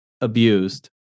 abused